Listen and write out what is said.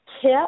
tip